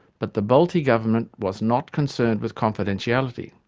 but the bolte government was not concerned with confidentiality.